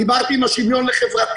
דיברתי עם המשרד לשוויון חברתי.